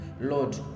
Lord